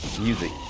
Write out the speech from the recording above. music